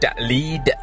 lead